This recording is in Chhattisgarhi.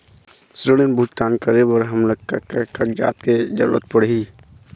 ऋण भुगतान करे बर हमन ला का का कागजात के जरूरत पड़ही?